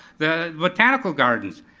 the botanical gardens,